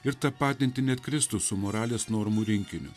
ir tapatinti net kristų su moralės normų rinkiniu